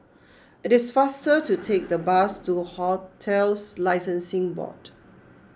it is faster to take the bus to Hotels Licensing Board